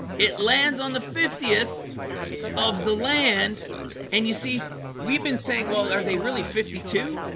it lands on the fiftieth of the land and you see we've been saying well are they really fifty two?